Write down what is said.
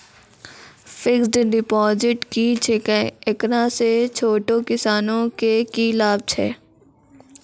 Fixed deposit की छिकै, एकरा से छोटो किसानों के की लाभ छै?